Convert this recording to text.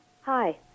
Hi